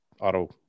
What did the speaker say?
auto